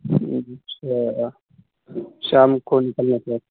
اچھا شام کو نکلنا چاہتے